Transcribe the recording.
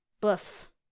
boof